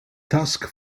task